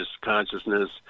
consciousness